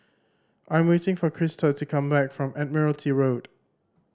I'm waiting for Christa to come back from Admiralty Road